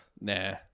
Nah